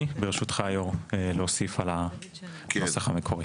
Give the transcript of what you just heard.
ברשותך היו"ר להוסיף על הנוסח המקורי.